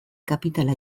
kapitala